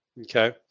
Okay